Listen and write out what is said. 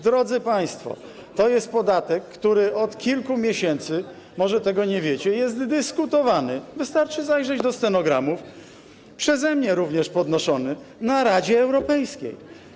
Drodzy państwo, to jest podatek, który od kilku miesięcy, może tego nie wiecie, jest dyskutowany, wystarczy zajrzeć do stenogramów, przeze mnie również podnoszony w Radzie Europejskiej.